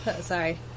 sorry